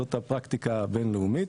זאת הפרקטיקה הבין-לאומית.